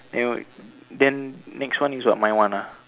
and wait then next one is what my one ah